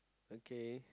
okay